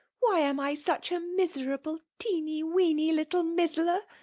why am i such a miserable teeny-weeny little mizzler?